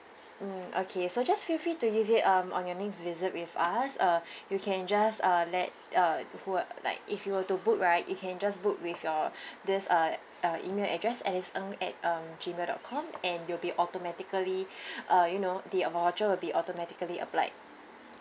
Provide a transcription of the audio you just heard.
mm okay so just feel free to use it um on your next visit with us uh you can just uh let uh who were like if you were to book right you can just book with your this uh uh email address alice ng at um gmail dot com and you will be automatically uh you know the voucher will be automatically applied